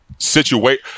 situate